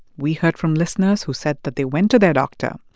we heard from listeners who said that they went to their doctor.